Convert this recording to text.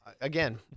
again